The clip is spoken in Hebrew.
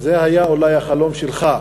זה היה אולי החלום שלך,